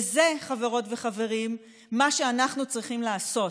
וזה, חברות וחברים, מה שאנחנו צריכים לעשות.